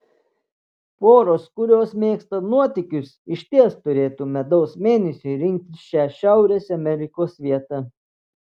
poros kurios mėgsta nuotykius išties turėtų medaus mėnesiui rinktis šią šiaurės amerikos vietą